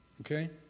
Okay